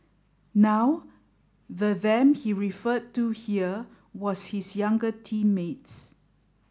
now the them he referred to here was his younger teammates